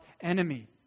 enemy